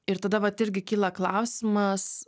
ir tada vat irgi kyla klausimas